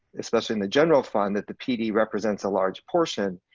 especially in the general fund that the pd represents a large portion,